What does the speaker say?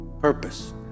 Purpose